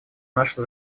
наши